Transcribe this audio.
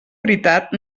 veritat